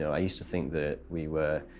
i used to think that we were